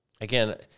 again